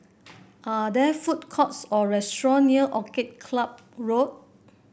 are there food courts or restaurant near Orchid Club Road